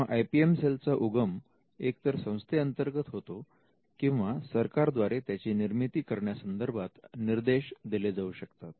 तेव्हा I P L cell चा उगम एक तर संस्थे अंतर्गत होतो किंवा सरकारद्वारे त्याची निर्मिती करण्यासंदर्भात निर्देश केले जाऊ शकतात